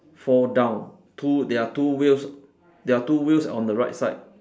fall down two there are two wheels there are two wheels on the right side